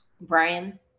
Brian